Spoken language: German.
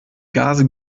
gase